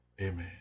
Amen